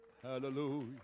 Hallelujah